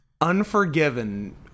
Unforgiven